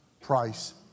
price